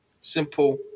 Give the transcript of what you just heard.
Simple